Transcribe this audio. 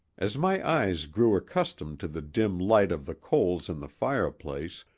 as my eyes grew accustomed to the dim light of the coals in the fireplace,